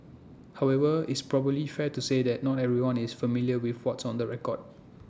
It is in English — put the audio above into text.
however is probably fair to say that not everyone is familiar with what's on the record